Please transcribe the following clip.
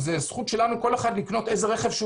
זו זכות של כל אחד מאתנו לקנות איזה רכב שהוא